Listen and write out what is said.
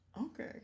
Okay